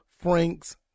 Franks